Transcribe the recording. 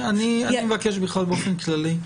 אני מבקש בכלל באופן כללי,